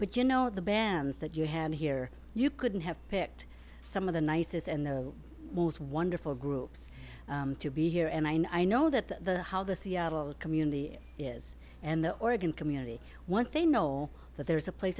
but you know the bands that you had here you couldn't have picked some of the nicest and the most wonderful groups to be here and i know that the how the seattle community is and the oregon community once they know that there's a place